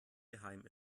geheim